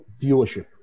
viewership